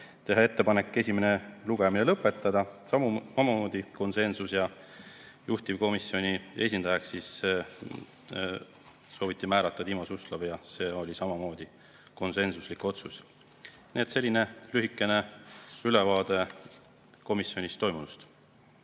teha ettepanek esimene lugemine lõpetada, samamoodi konsensus, ja juhtivkomisjoni esindajaks sooviti määrata Timo Suslov, see oli samamoodi konsensuslik otsus. Selline lühikene ülevaade komisjonis toimunust.